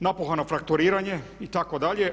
Napuhano fakturiranje itd.